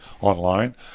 online